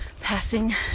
passing